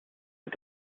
est